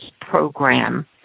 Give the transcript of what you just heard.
program